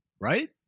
Right